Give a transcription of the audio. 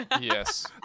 Yes